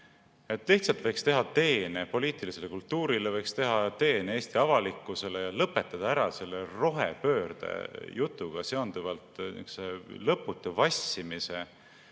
et võiks teha teene poliitilisele kultuurile, võiks teha teene Eesti avalikkusele ja lõpetada ära selle rohepöörde jutuga seonduva lõputu vassimise,